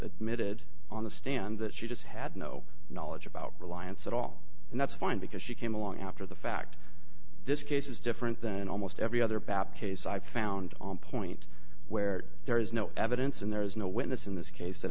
admitted on the stand that she just had no knowledge about reliance at all and that's fine because she came along after the fact this case is different than almost every other baptise i found on point where there is no evidence and there is no witness in this case that